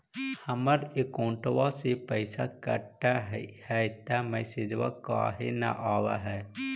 हमर अकौंटवा से पैसा कट हई त मैसेजवा काहे न आव है?